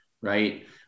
right